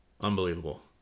unbelievable